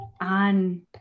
on